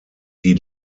die